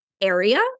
area